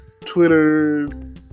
twitter